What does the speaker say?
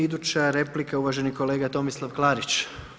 Iduća replika je uvaženi kolega Tomislav Klarić.